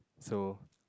so